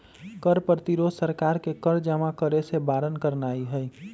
कर प्रतिरोध सरकार के कर जमा करेसे बारन करनाइ हइ